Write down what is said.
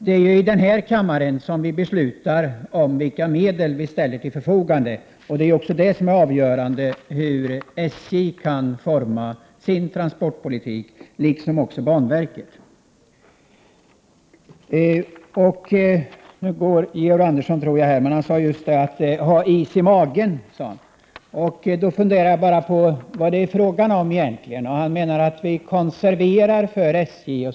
Det är i denna kammare som vi beslutar om vilka medel som skall ställas till förfogande, och det är avgörande för hur SJ liksom banverket kan forma sin transportpolitik. Georg Andersson sade att man skall ha is i magen. Jag funderade på vad det betyder. Han menade att vi konserverar för SJ.